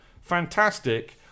fantastic